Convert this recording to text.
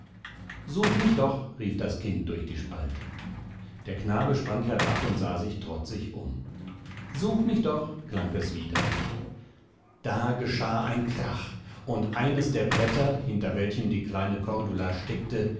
such mich doch rief das kind durch die spalte der knabe sprang herab und sah sich trotzig um such mich doch klang es wieder da geschah ein krach und eines der bretter hinter welchen die kleine cordula steckte